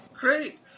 Great